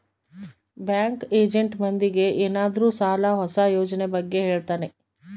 bank agent ಮಂದಿಗೆ ಏನಾದ್ರೂ ಸಾಲ ಹೊಸ ಯೋಜನೆ ಬಗ್ಗೆ ಹೇಳ್ತಾನೆ